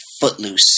Footloose